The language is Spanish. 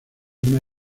una